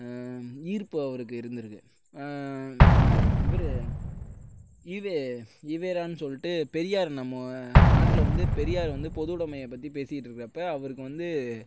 ஈர்ப்பு அவருக்கு இருந்திருக்கு இவர் இ வே இ வே ரான்னு சொல்லிவிட்டு பெரியார் நம்ம நாட்டில் வந்து பெரியார் வந்து பொது உடமையை பற்றி பேசிகிட்டு இருக்கிறப்ப அவருக்கு வந்து